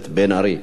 בבקשה, אדוני.